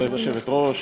כבוד היושבת-ראש,